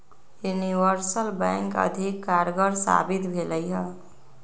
universal bank अधिक कारगर साबित भेलइ ह